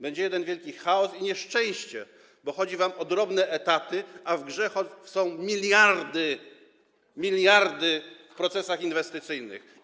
Będzie jeden wielki chaos i nieszczęście, bo chodzi wam o drobne etaty, a w grze są miliardy, miliardy w procesach inwestycyjnych.